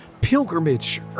pilgrimage